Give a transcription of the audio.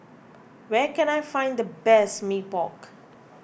where can I find the best Mee Pok